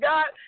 God